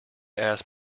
ask